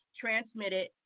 transmitted